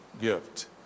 gift